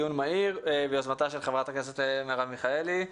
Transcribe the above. דיון מהיר ביוזמתה של חברת הכנסת מרב מיכאלי.